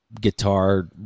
guitar